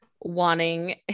wanting